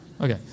Okay